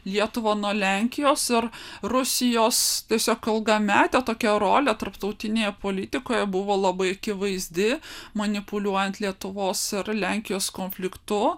lietuvą nuo lenkijos ir rusijos tiesiog ilgametė tokia rolė tarptautinėje politikoje buvo labai akivaizdi manipuliuojant lietuvos ir lenkijos konfliktu